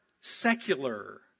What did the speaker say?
secular